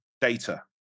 data